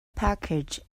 package